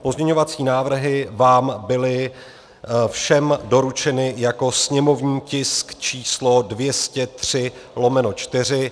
Pozměňovací návrhy vám byly všem doručeny jako sněmovní tisk 203/4.